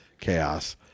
Chaos